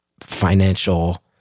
financial